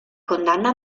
condanna